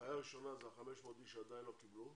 הבעיה הראשונה היא 500 איש שעדיין לא קיבלו.